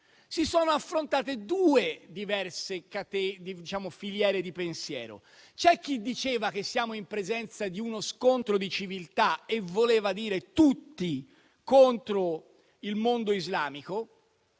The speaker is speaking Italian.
si sono affrontate due diverse filiere di pensiero. C'era chi diceva che siamo in presenza di uno scontro di civiltà e voleva dire tutti contro il mondo islamico